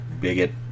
bigot